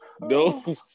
No